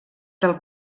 del